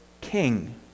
king